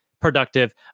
productive